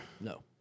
No